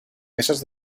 mesas